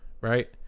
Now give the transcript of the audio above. Right